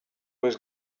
was